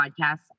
podcast